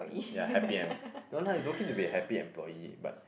yea happy and no lah you don't keep to be a happy employee but